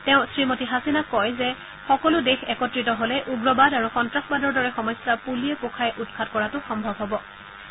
তেওঁ শ্ৰীমতী হাছিনাক কয় যে সকলো দেশ একত্ৰিত হ'লে উগ্ৰবাদ আৰু সন্ত্ৰাসবাদৰ দৰে সমস্যা পুলিয়ে পোখাই উৎখাত কৰাটো সম্ভৱপৰ